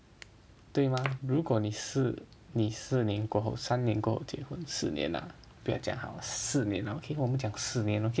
对吗如果你是你四年过后三点结婚四年 lah 不要讲 house 四年 lah okay now 我们讲四年 lor okay